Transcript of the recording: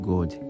God